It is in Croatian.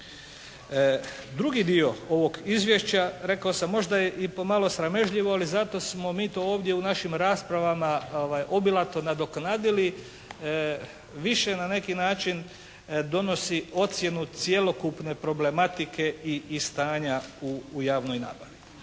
Drugi dio ovog izvješća, rekao sam možda je i pomalo sramežljivo ali zato smo mi to ovdje u našim raspravama obilato nadoknadilo, više na neki način donosi ocjenu cjelokupne problematike i stanja u javnoj nabavi.